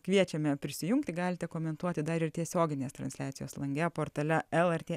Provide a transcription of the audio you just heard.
kviečiame prisijungti galite komentuoti dar ir tiesioginės transliacijos lange portale lrt